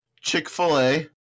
Chick-fil-A